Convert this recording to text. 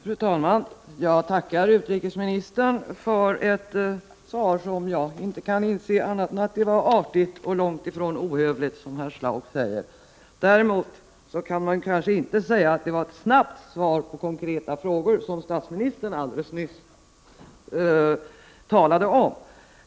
Fru talman! Jag tackar utrikesministern för ett svar om vilket jag inte kan anse annat än att det var artigt och långt ifrån ohövligt, som herr Schlaug sade. Däremot kan man kanske inte säga att det var ett snabbt svar på konkreta frågor, som statsministern nyss var inne på.